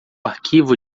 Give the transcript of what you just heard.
arquivo